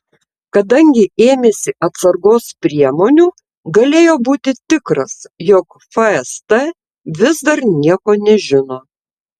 kadangi ėmėsi atsargos priemonių galėjo būti tikras jog fst vis dar nieko nežino